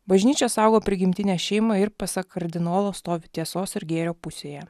bažnyčia saugo prigimtinę šeimą ir pasak kardinolo stovi tiesos ir gėrio pusėje